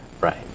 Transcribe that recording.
Right